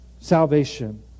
salvation